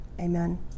amen